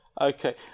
Okay